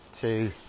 two